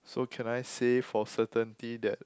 so can I say for certainty that